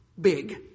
big